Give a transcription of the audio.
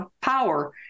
power